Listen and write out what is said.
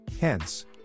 Hence